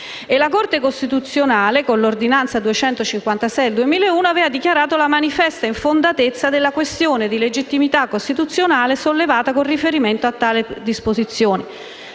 la Corte costituzionale con l'ordinanza n. 256 del 2001 aveva dichiarato la manifesta infondatezza della questione di legittimità costituzionale sollevata con riferimento a tale disposizione,